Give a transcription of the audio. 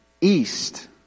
east